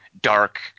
dark